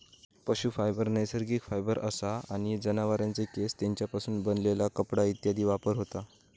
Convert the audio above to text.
पशू फायबर नैसर्गिक फायबर असा आणि जनावरांचे केस, तेंच्यापासून बनलेला कपडा इत्यादीत वापर होता